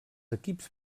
equips